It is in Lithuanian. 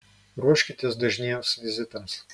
ruoškitės dažniems vizitams